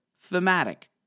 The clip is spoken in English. thematic